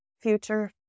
future